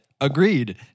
agreed